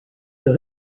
the